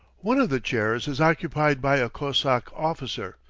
one of the chairs is occupied by a cossack officer.